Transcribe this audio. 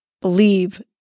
believe